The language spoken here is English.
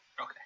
Okay